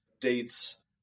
dates